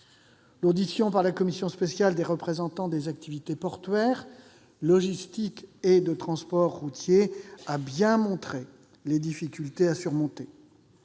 L'audition par la commission spéciale des représentants des activités portuaires, logistiques et de transport routier a bien montré les difficultés à surmonter.